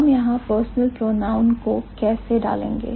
हम यहां personal pronoun को कैसे डालेंगे